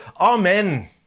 Amen